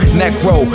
necro